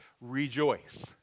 rejoice